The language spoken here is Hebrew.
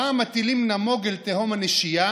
רעם הטילים נמוג אל תהום הנשייה,